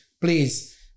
please